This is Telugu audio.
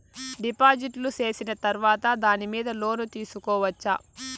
డిపాజిట్లు సేసిన తర్వాత దాని మీద లోను తీసుకోవచ్చా?